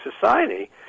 society